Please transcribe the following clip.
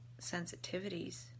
sensitivities